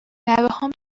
نوهام